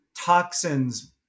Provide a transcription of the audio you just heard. toxins